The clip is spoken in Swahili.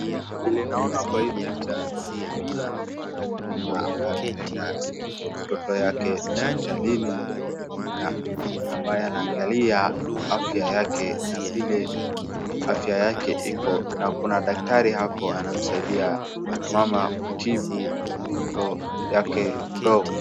Vile naona kwa hii picha naona mama ambaye ameleta mtoto yake hospitalini na ambaye anaangalia afya yake na vile afya yake iko na kuna daktari hapo anamsaidia mama kutibu mtoto yake mdogo.